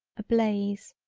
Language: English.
a blaze,